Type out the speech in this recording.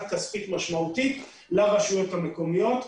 כספית משמעותית לרשויות המקומיות,